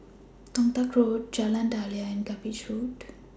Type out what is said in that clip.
Toh Tuck Road Jalan Daliah and Cuppage Road